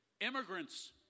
Immigrants